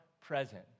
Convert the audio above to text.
present